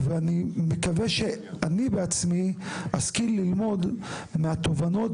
ואני מקווה שאני בעצמי אשכיל ללמוד מהתובנות